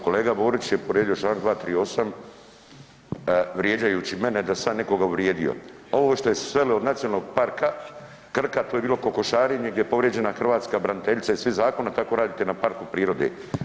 Kolega Borić je povrijedio Članak 238. vrijeđajući mene da sam ja nekoga uvrijedio, ovo što je svelo oko Nacionalnog parka Krka, to je bilo kokošarenje gdje je povrijeđena hrvatska branitelja i svih zakona, tako radite na parku prirode.